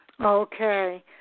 Okay